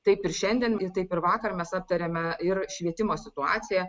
taip ir šiandien taip ir vakar mes aptarėme ir švietimo situaciją